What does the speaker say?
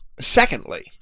secondly